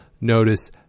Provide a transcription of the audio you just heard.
notice